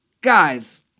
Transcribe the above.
Guys